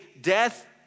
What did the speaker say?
death